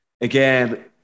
again